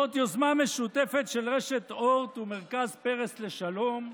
זאת יוזמה משותפת של רשת אורט ומרכז פרס לשלום,